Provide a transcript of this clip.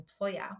employer